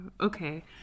Okay